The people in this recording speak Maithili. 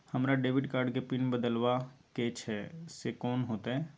हमरा डेबिट कार्ड के पिन बदलवा के छै से कोन होतै?